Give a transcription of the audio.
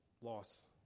Loss